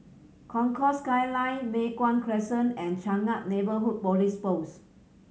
Concourse Skyline Mei Hwan Crescent and Changkat Neighbourhood Police Post